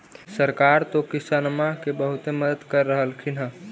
सरकार तो किसानमा के बहुते मदद कर रहल्खिन ह?